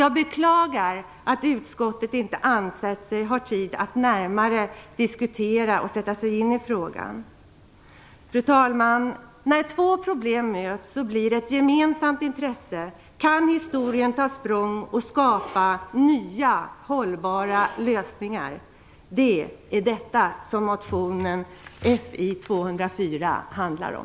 Jag beklagar att utskottet inte ansett sig ha tid att närmare diskutera och sätta sig in i frågan. Fru talman! När två problem möts och blir ett gemensamt intresse kan historien ta språng och skapa nya hållbara lösningar. Det är detta motion Fi204 handlar om!